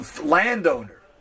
landowner